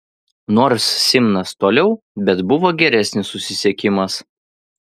nors simnas toliau bet buvo geresnis susisiekimas